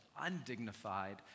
undignified